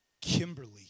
Kimberly